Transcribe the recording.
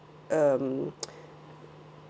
um